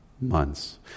months